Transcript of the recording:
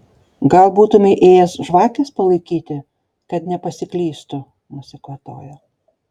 gal būtumei ėjęs žvakės palaikyti kad nepasiklystų nusikvatojo